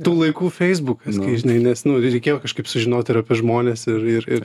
tų laikų feisbukas kai žinai nes nu ir reikėjo kažkaip sužinot ir apie žmones ir ir ir